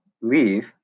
leave